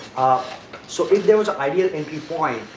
ah so if there was an ideal entry point,